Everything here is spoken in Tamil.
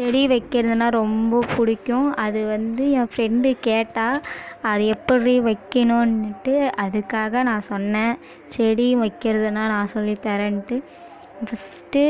செடி வைக்கிறதுனா ரொம்ப பிடிக்கும் அது வந்து என் ஃபரெண்டு கேட்டாள் அது எப்பட்றி வைக்கணும்ன்ட்டு அதுக்காக நான் சொன்னேன் செடி வைக்கிறதுனா நான் சொல்லித் தர்றேன்ட்டு ஃபஸ்ட்டு